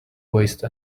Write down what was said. waste